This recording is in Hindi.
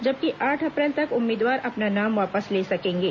जबकि आठ अप्रैल तक उम्मीदवार अपना नाम वापस ले सकेंगे